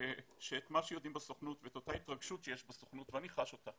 מה שיודעים בסוכנות ואותה התרגשות שיש בסוכנות ואני חש אותה